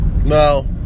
No